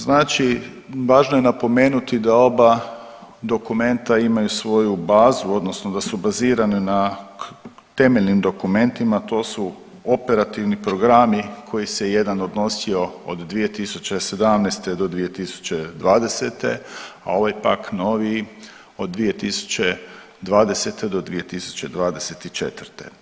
Znači, važno je napomenuti da oba dokumenta imaju svoju bazu odnosno da su bazirane na temeljnim dokumentima, to su operativni programi, koji se jedan odnosio od 2017. do 2020., a ovaj pak noviji od 2020. do 2024.